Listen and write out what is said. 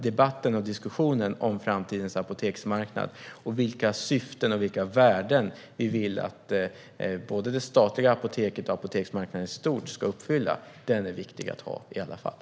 Debatten och diskussionen om framtidens apoteksmarknad och vilka syften och värden vi vill att det statliga bolaget och apoteksmarknaden i stort ska ha är nämligen viktig att föra i alla fall.